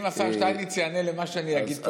אם השר שטייניץ יענה על מה שאני אגיד פה זה נהדר.